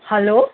hello